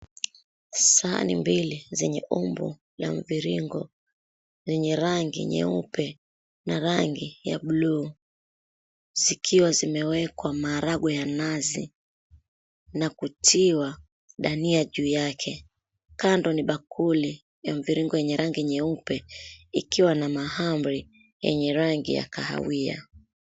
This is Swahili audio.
Sahani mbili, zenye umbo la mviringo, lenye rangi nyeupe na rangi ya bluu, zikiwa zimewekwa maharagwe ya nazi na kutiwa dania juu yake. Kando ni bakuli ya mviringo yenye rangi nyeupe ikiwa na mahamri yenye rangi ya kahawia.